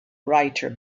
writer